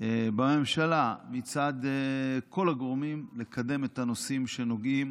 בממשלה מצד כל הגורמים לקדם את הנושאים שנוגעים